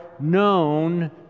known